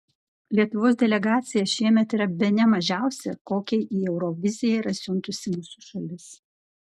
lietuvos delegacija šiemet yra bene mažiausia kokią į euroviziją yra siuntusi mūsų šalis